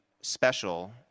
special